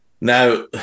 Now